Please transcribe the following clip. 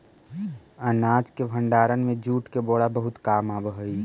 अनाज के भण्डारण में जूट के बोरा बहुत काम आवऽ हइ